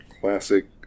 Classic